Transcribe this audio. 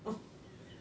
oh